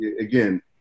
Again